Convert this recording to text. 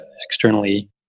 externally